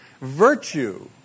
virtue